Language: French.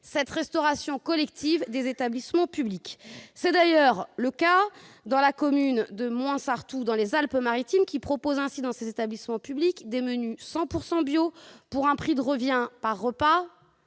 la restauration collective des établissements publics. C'est le cas de la commune de Mouans-Sartoux, dans les Alpes-Maritimes, qui propose, dans les cantines de ses établissements publics, des menus 100 % bio pour un prix de revient par repas